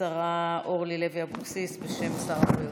השרה אורלי לוי אבקסיס, בשם שר הבריאות.